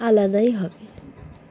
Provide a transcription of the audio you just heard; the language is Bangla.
আলাদাই হবে